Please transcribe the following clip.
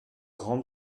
grande